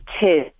two